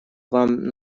вам